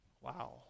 wow